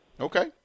Okay